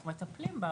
אנחנו מטפלים בה,